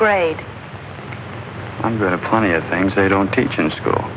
grade i'm to have plenty of things they don't teach in school